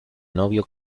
novio